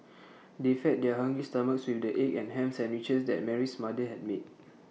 they fed their hungry stomachs with the egg and Ham Sandwiches that Mary's mother had made